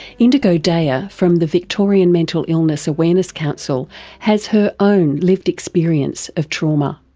indigo daya, from the victorian mental illness awareness council has her own lived experience of trauma.